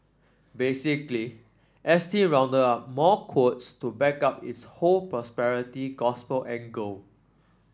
basically S T rounded up more quotes to back up its whole prosperity gospel angle